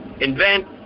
invent